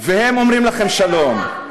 והם אומרים לכם שלום,